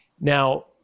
Now